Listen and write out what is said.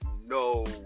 no